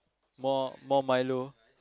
more more Milo